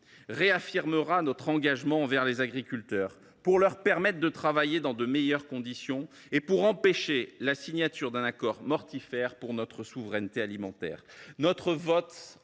réaffirmera notre engagement envers les agriculteurs pour leur permettre de travailler dans de meilleures conditions et pour empêcher la signature d’un accord mortifère pour notre souveraineté alimentaire. Notre vote